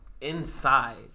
Inside